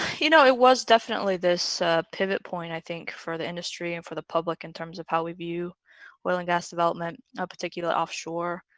you know it was definitely this pivot point i think for the industry and for the public in terms of how we view oil and gas development a particular offshore.